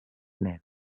nens